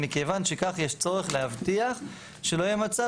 מכיוון שכך יש צורך להבטיח שלא יהיה מצב